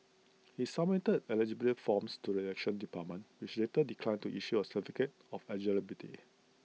he submitted eligibility forms to the elections department which later declined to issue A certificate of eligibility